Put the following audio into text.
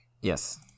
Yes